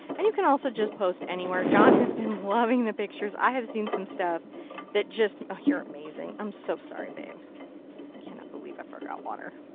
and you can also just post anywhere. john has been loving the pictures. i have seen some stuff that just, ah you're amazing, i'm so sorry babe. i cannot believe i forgot water.